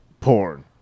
Porn